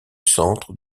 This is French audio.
centre